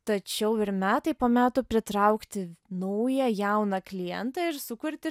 tačiau ir metai po metų pritraukti naują jauną klientą ir sukurti